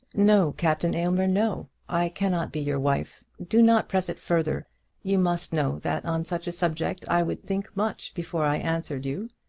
no, captain aylmer no. i cannot be your wife. do not press it further you must know that on such a subject i would think much before i answered you.